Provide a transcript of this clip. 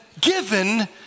given